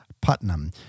Putnam